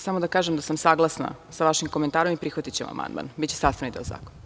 Samo da kažem da sam saglasna sa vašim komentarom i prihvatićemo vaš amandman i biće sastavni deo zakona.